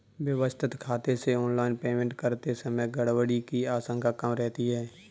व्यवस्थित खाते से ऑनलाइन पेमेंट करते समय गड़बड़ी की आशंका कम रहती है